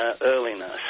earliness